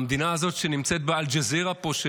המדינה הזאת שנמצאת באל-ג'זירה פה,